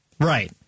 Right